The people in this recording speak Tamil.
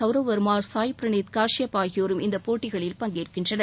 சவ்ரவ் வர்மா சாய் பிரனீத் காஷியப் ஆகியோரும் இந்த போட்டிகளில் பங்கேற்கின்றனர்